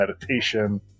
meditation